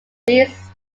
its